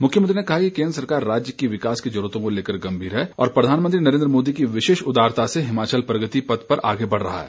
मुख्यमंत्री ने कहा कि केन्द्र सरकार राज्य की विकास जरूरतों को लेकर गम्भीर है और प्रधानमंत्री नरेन्द्र मोदी की विशेष उदारता से हिमाचल प्रगति पथ पर आगे बढ़ रहा है